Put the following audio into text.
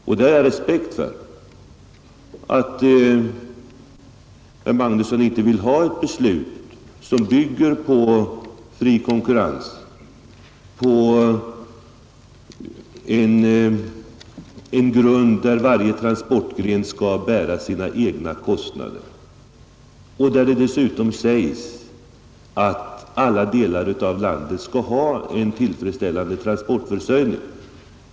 Jag förstår mycket väl att det inte ingår i herr Magnussons ideologi att säga ja till ett beslut som bygger på fri konkurrens och på den principen att varje transportgren skall bära sina egna kostnader och i vilket det dessutom sägs att alla delar av landet skall ha en tillfredsställande transportförsörjning.